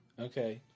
Okay